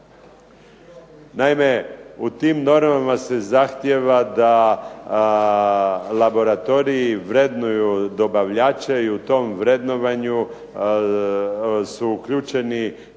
Naime, u tim normama se zahtijeva da laboratoriji vrednuju dobavljače i u tom vrednovanju su uključeni